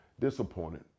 disappointed